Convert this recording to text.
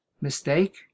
mistake